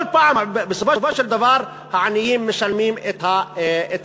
כל פעם, בסופו של דבר, העניים משלמים את המחיר.